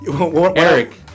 Eric